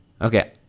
Okay